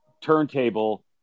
turntable